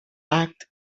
art